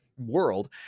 world